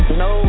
no